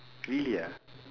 really ah